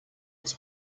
its